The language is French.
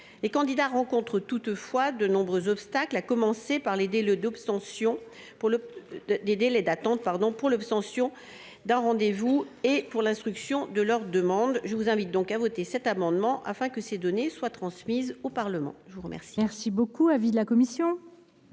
Les candidats rencontrent toutefois de nombreux obstacles, à commencer par les délais d’attente pour l’obtention d’un rendez vous et pour l’instruction de leur demande. Je vous invite donc à voter cet amendement, afin que de telles données soient transmises au Parlement. Quel